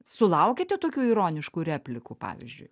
sulaukiate tokių ironiškų replikų pavyzdžiui